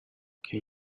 can